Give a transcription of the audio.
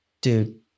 Dude